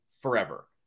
forever